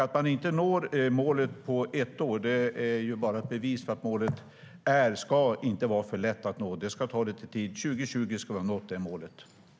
Att man inte når målet på ett år är bara ett bevis på att målet inte ska vara för lätt att uppnå. Det ska ta lite tid. Vi ska ha nått det målet 2020.